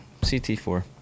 CT4